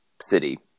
City